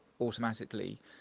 automatically